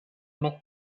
noch